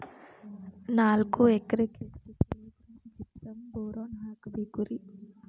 ನಾಲ್ಕು ಎಕರೆಕ್ಕ ಎಷ್ಟು ಕಿಲೋಗ್ರಾಂ ಜಿಪ್ಸಮ್ ಬೋರಾನ್ ಹಾಕಬೇಕು ರಿ?